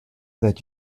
that